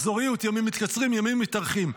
מחזוריות, ימים מתקצרים, ימים מתארכים.